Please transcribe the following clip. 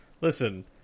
listen